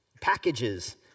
Packages